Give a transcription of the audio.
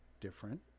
different